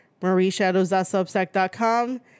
marieshadows.substack.com